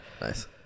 Nice